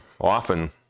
Often